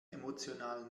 emotional